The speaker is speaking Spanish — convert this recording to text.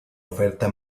oferta